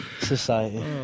Society